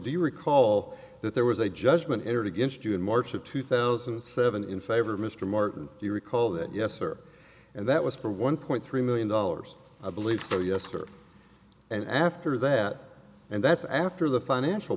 do you recall that there was a judgment entered against you in march of two thousand and seven in favor of mr martin do you recall that yes sir and that was for one point three million dollars i believe so yes sir and after that and that's after the financial